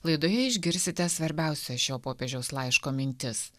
laidoje išgirsite svarbiausias šio popiežiaus laiško mintis